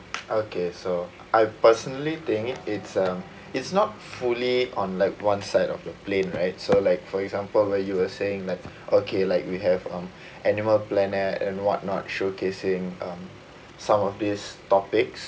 okay so I personally think it's uh it's not fully on like one side of the plane right so like for example where you were saying that okay like we have um animal planet and whatnot showcasing um some of these topics